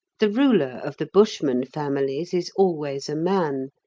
the ruler of the bushman families is always a man,